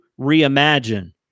reimagine